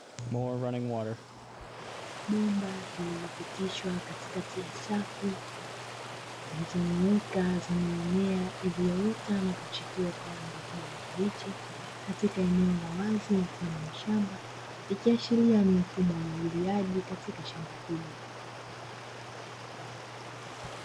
Bomba lililopitishwa katikati ya safu zilizonyooka zenye mimea iliyoota na kuchipua kwa rangi ya kijani kibichi, katika eneo la wazi mfano wa shamba ikiashiria ni mfumo wa umwagiliaji katika shamba hilo.